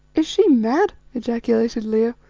is she mad, ejaculated leo,